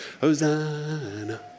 Hosanna